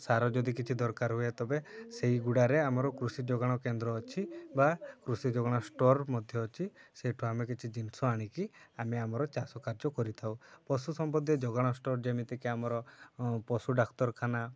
ସାର ଯଦି କିଛି ଦରକାର ହୁଏ ତେବେ ସେହିଗୁଡ଼ାରେ ଆମର କୃଷି ଯୋଗାଣ କେନ୍ଦ୍ର ଅଛି ବା କୃଷି ଯୋଗାଣ ଷ୍ଟୋର୍ ମଧ୍ୟ ଅଛି ସେଇଠୁ ଆମେ କିଛି ଜିନିଷ ଆଣିକି ଆମେ ଆମର ଚାଷ କାର୍ଯ୍ୟ କରିଥାଉ ପଶୁ ସମ୍ବନ୍ଧୀୟ ଯୋଗାଣ ଷ୍ଟୋର୍ ଯେମିତିକି ଆମର ପଶୁ ଡାକ୍ତରଖାନା